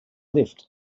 lifts